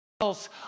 else